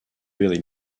really